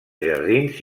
jardins